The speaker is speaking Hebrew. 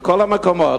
מכל המקומות.